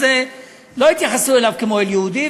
אז לא יתייחסו אליו כמו אל יהודי,